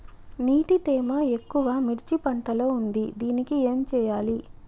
నీటి తేమ ఎక్కువ మిర్చి పంట లో ఉంది దీనికి ఏం చేయాలి?